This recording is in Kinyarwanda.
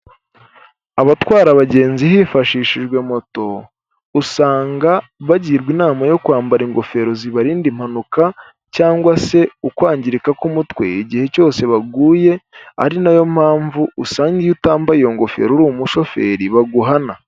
Abatwara abagenzi hifashishijwe moto, usanga bagirwa inama yo kwambara ingofero zibarinda impanuka, cyangwa se ukwangirika k'umutwe igihe cyose baguye, ari nayo mpamvu usanga iyo utambaye iyo ngofero uri umushoferi, baguhana.